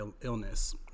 illness